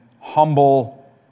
humble